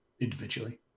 individually